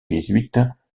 jésuite